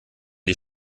die